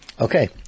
Okay